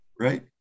Right